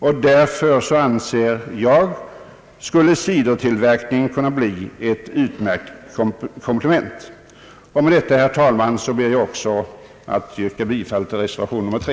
Jag anser därför att cidertillverkning skulle kunna bli ett utmärkt komplement. Med detta, herr talman, ber jag att också få yrka bifall till reservation 3.